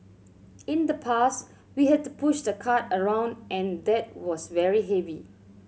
in the past we had to push the cart around and that was very heavy